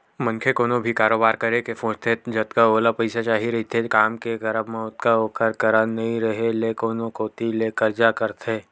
मनखे कोनो भी कारोबार करे के सोचथे जतका ओला पइसा चाही रहिथे काम के करब म ओतका ओखर करा नइ रेहे ले कोनो कोती ले करजा करथे